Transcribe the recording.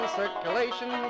circulation